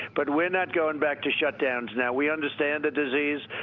but we're not going back to shutdowns now. we understand the disease.